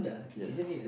ya